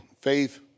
faith